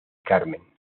carmen